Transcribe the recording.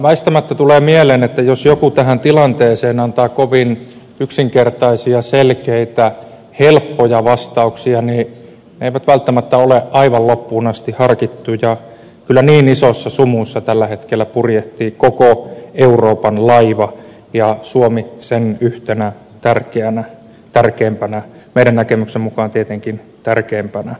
väistämättä tulee mieleen että jos joku tähän tilanteeseen antaa kovin yksinkertaisia selkeitä helppoja vastauksia niin ne eivät välttämättä ole aivan loppuun asti harkittuja kyllä niin isossa sumussa tällä hetkellä purjehtii koko euroopan laiva ja suomi yhtenä sen tärkeimmistä osista meidän näkemyksemme mukaan tietenkin tärkeimpänä osana